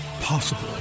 Possible